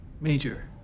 Major